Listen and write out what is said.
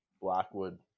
Blackwood